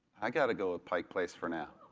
i gotta go with pike place for now.